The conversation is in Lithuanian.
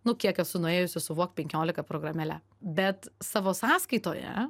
nu kiek esu nuėjusi su walk penkiolika programėle bet savo sąskaitoje